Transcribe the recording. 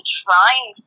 trying